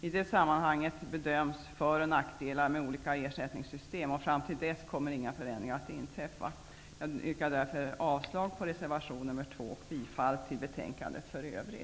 I det sammanhanget bedöms föroch nackdelar med olika ersättningssystem, och fram till dess kommer inga förändringar att inträffa. Fru talman! Jag yrkar därför avslag på reservation nr 2 till betänkandet och bifall till utskottets hemställan.